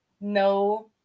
no